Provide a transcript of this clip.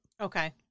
Okay